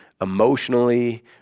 emotionally